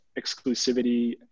exclusivity